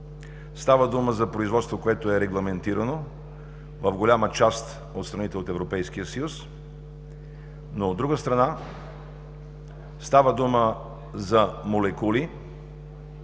Става дума за производство, което е регламентирано в голяма част от страните от Европейския съюз, но, от друга страна, става дума за молекули